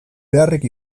beharrik